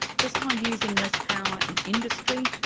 just by using less power in industry,